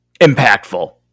impactful